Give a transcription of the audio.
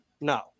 No